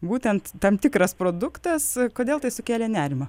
būtent tam tikras produktas kodėl tai sukėlė nerimą